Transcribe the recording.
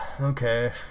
okay